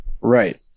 Right